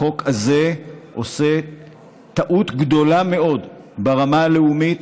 החוק הזה עושה טעות גדולה מאוד ברמה הלאומית